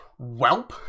Welp